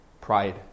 pride